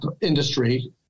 industry